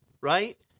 right